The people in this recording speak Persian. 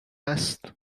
است